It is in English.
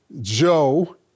Joe